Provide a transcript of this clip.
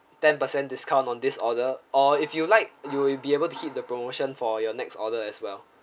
ten percent discount on this order or if you would like you will be able to hit the promotion for your next order as well